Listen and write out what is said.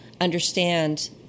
understand